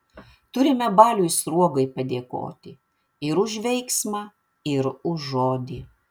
turime baliui sruogai padėkoti ir už veiksmą ir už žodį